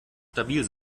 stabil